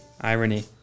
irony